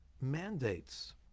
mandates